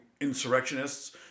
insurrectionists